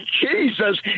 Jesus